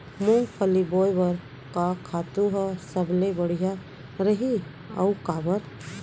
मूंगफली बोए बर का खातू ह सबले बढ़िया रही, अऊ काबर?